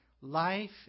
Life